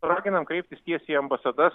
raginam kreiptis tiesiai į ambasadas